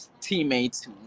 teammates